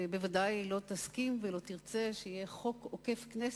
ובוודאי לא תסכים ולא תרצה שיהיה חוק עוקף-כנסת.